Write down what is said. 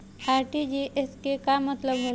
RTGS के का मतलब होला?